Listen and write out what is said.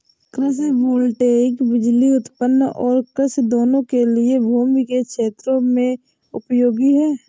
कृषि वोल्टेइक बिजली उत्पादन और कृषि दोनों के लिए भूमि के क्षेत्रों में उपयोगी है